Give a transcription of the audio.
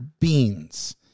beans